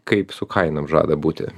kaip su kainom žada būti